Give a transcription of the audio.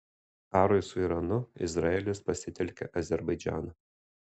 karui su iranu izraelis pasitelkia azerbaidžaną